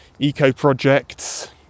eco-projects